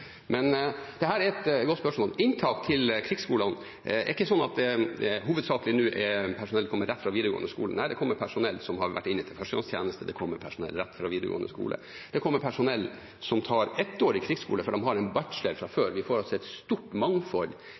hovedsakelig er personell som kommer rett fra videregående skole. Nei, det kommer personell som har vært inne til førstegangstjeneste, det kommer personell rett fra videregående skole, og det kommer personell som tar ettårig krigsskole fordi de har en bachelor fra før. Vi får altså et stort mangfold